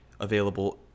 available